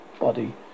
body